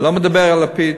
לא מדבר על לפיד,